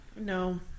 No